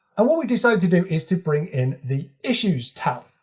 and what we decided to do is to bring in the issues tab.